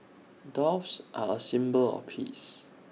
doves are A symbol of peace